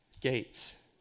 gates